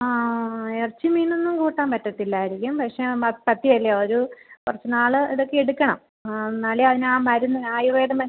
ആ ആ ആ ഇറച്ചിയും മീനുമൊന്നും കൂട്ടാൻ പറ്റത്തില്ലായിരിക്കും പക്ഷേ ആ പത്ത്യമല്ലേ ഒരു കുറച്ചു നാൾ ഇതൊക്കെ എടുക്കണം എന്നാലേ അതിന് ആ മരുന്ന് ആയുർവേദ